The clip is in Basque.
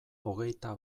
hogeita